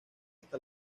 hasta